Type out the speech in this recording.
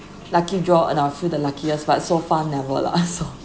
lucky draw and I will feel the luckiest but so far never lah so